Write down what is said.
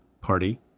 party